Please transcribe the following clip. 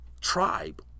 tribe